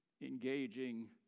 engaging